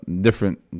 different